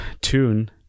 tune